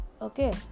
okay